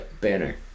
banner